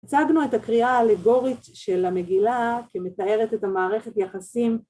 הצגנו את הקריאה האלגורית של המגילה כמתארת את המערכת יחסים